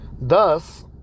thus